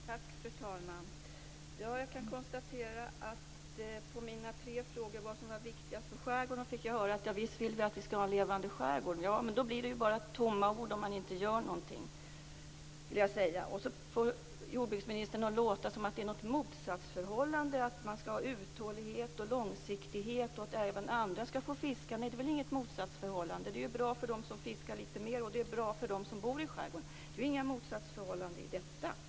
Fru talman! Jag kan konstatera att svaret på min fråga om vad som är viktigast för skärgården var att visst vill vi att vi skall ha en levande skärgård. Men då blir det bara tomma ord om man inte gör någonting. Jordbruksministern får det att låta som att det är något motsatsförhållande att man skall ha uthållighet, långsiktighet och att även andra skall få fiska. Nej, det är väl inget motsatsförhållande, det är ju bra för dem som fiskar lite mer, och det är bra för dem som bor i skärgården. Det är ju inget motsatsförhållande i detta.